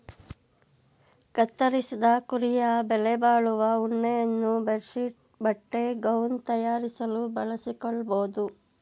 ಕತ್ತರಿಸಿದ ಕುರಿಯ ಬೆಲೆಬಾಳುವ ಉಣ್ಣೆಯನ್ನು ಬೆಡ್ ಶೀಟ್ ಬಟ್ಟೆ ಗೌನ್ ತಯಾರಿಸಲು ಬಳಸಿಕೊಳ್ಳಬೋದು